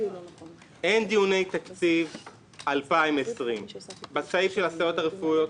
אין דיוני תקציב 2020. בסעיף של הסייעות הרפואיות,